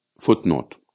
Footnote